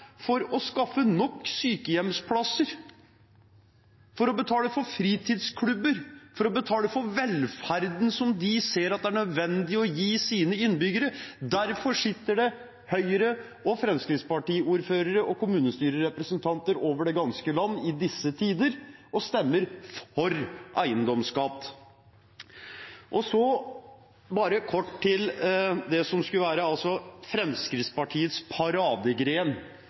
for å skaffe nok sykehjemsplasser, for å betale for fritidsklubber, for å betale for velferden som de ser er nødvendig å gi sine innbyggere. Derfor sitter det Høyre- og Fremskrittsparti-ordførere og kommunestyrerepresentanter over det ganske land i disse tider og stemmer for eiendomsskatt. Kort til det som skulle være Fremskrittspartiets paradegren,